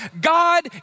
God